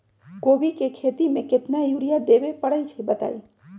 कोबी के खेती मे केतना यूरिया देबे परईछी बताई?